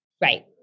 Right